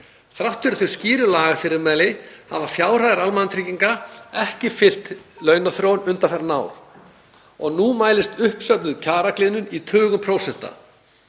Þrátt fyrir þau skýru lagafyrirmæli hafa fjárhæðir almannatrygginga ekki fylgt launaþróun undanfarin ár og nú mælist uppsöfnuð kjaragliðnun í tugum prósenta.